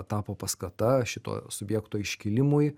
tapo paskata šito subjekto iškilimui